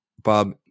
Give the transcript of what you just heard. Bob